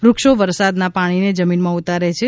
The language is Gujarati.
વૃક્ષો વરસાદના પાણીને જમીનમાં ઉતારે છે